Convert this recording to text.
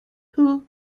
who